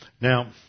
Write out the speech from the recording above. Now